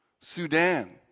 Sudan